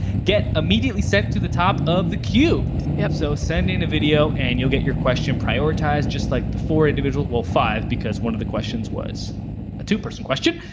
get immediately sent to the top of the queue. yeah so send in a video and you'll get your question prioritized just like the four individuals, well five because one of the questions was a two person question,